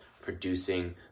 producing